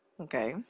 Okay